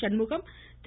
Shanmugam Thiru